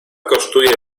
kosztuje